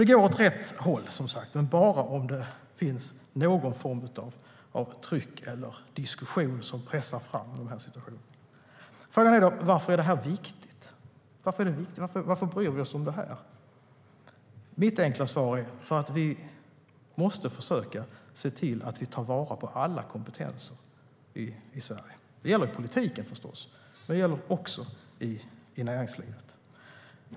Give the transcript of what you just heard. Vi går åt rätt håll, men bara om det finns någon form av tryck eller diskussion som pressar fram den situationen. Frågan är: Varför är detta viktigt? Varför bryr vi oss om detta? Mitt enkla svar är: Därför att vi måste försöka se till att ta vara på alla kompetenser i Sverige. Det gäller i politiken, förstås, men det gäller också i näringslivet.